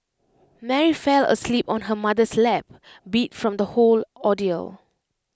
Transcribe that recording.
Mary fell asleep on her mother's lap beat from the whole ordeal